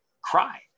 cry